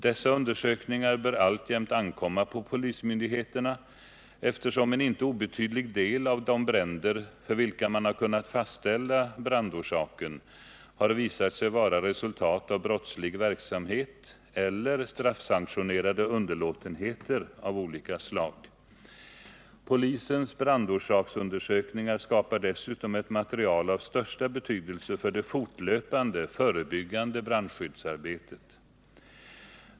Dessa undersökningar bör alltjämt ankomma på polismyndigheterna eftersom en inte obetydlig del av de bränder, för vilka man har kunnat fastställa brandorsaken, har visat sig vara resultat av brottslig verksamhet eller straffsanktionerade underlåtenheter av olika slag. Polisens brandorsaksundersökningar skapar dessutom ett material av största betydelse för det fortlöpande förebyggande brandskyddsarbetet.